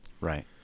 Right